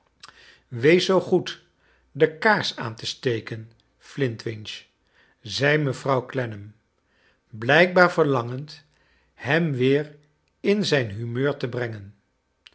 wees zoo goed de kaars aan te steken flintwinch zei mevrouw clennam blijkbaar verlangend hem weer in zijn hurneur te brengcn